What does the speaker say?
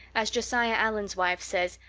as josiah allen's wife says,